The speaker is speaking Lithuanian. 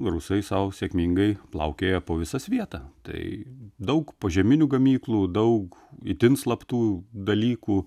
rusai sau sėkmingai plaukioja po visą svietą tai daug požeminių gamyklų daug itin slaptų dalykų